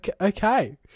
okay